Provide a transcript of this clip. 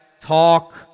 talk